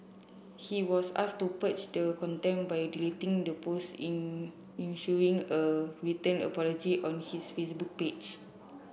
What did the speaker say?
he was asked to purge the contempt by deleting the post in issuing a written apology on his Facebook page